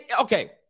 okay